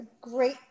Great